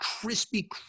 crispy